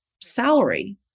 salary